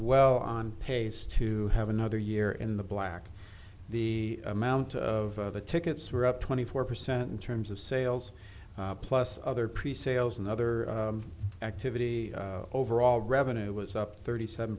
well on pace to have another year in the black the amount of the tickets were up twenty four percent in terms of sales plus other pre sales and other activity overall revenue was up thirty seven